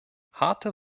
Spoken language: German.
harte